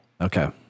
Okay